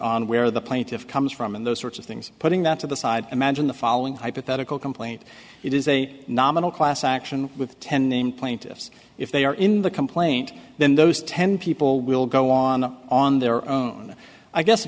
on where the plaintiff comes from and those sorts of things putting that to the side imagine the following hypothetical complaint it is a nominal class action with ten named plaintiffs if they are in the complaint then those ten people will go on on their own i guess